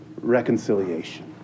reconciliation